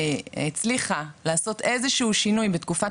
הצליחה לעשות איזה שהוא שינוי בתקופת